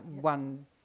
...one